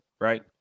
right